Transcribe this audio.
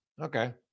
Okay